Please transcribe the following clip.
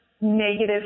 negative